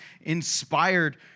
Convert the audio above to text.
inspired